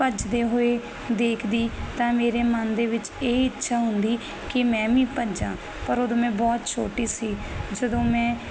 ਭੱਜਦੇ ਹੋਏ ਦੇਖਦੀ ਤਾਂ ਮੇਰੇ ਮਨ ਦੇ ਵਿੱਚ ਇਹ ਇੱਛਾ ਹੁੰਦੀ ਕਿ ਮੈਂ ਵੀ ਭੱਜਾ ਪਰ ਉਦੋਂ ਮੈਂ ਬਹੁਤ ਛੋਟੀ ਸੀ ਜਦੋਂ ਮੈਂ